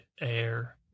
air